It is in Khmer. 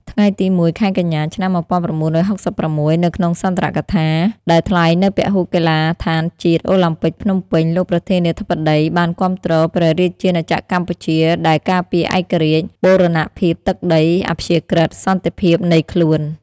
ថ្ងៃទី០១ ខែកញ្ញា ឆ្នាំ១៩៦៦ នៅក្នុងសុន្ទរកថា ដែលថ្លែងនៅពហុកីឡដ្ឋានជាតិ អូឡាំពិកភ្នំពេញ លោកប្រធានាធិបតី បានគាំទ្រព្រះរាជាណាចក្រកម្ពុជា ដែលការពារឯករាជ្យ បូរណភាពទឹកដី អាព្យាក្រឹត សន្តិភាពនៃខ្លួន។